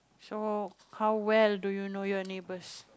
so how well do you know your neighbours